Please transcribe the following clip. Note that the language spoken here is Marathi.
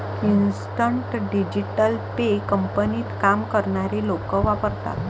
इन्स्टंट डिजिटल पे कंपनीत काम करणारे लोक वापरतात